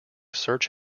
search